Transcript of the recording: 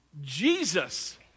Jesus